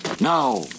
Now